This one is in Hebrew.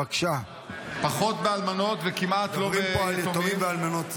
בבקשה, מדברים פה על יתומים ואלמנות צה"ל.